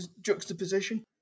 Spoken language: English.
juxtaposition